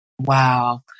Wow